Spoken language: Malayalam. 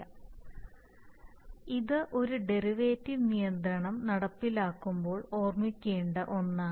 അതിനാൽ ഇത് ഒരു ഡെറിവേറ്റീവ് നിയന്ത്രണം നടപ്പിലാക്കുമ്പോൾ ഓർമ്മിക്കേണ്ട ഒന്നാണ്